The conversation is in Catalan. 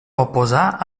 oposar